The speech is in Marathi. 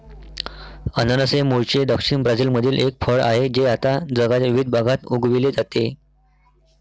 अननस हे मूळचे दक्षिण ब्राझीलमधील एक फळ आहे जे आता जगाच्या विविध भागात उगविले जाते